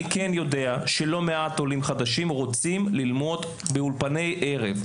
אני יודע שלא מעט עולים חדשים רוצים ללמוד באולפני ערב.